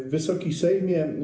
Wysoki Sejmie!